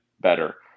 better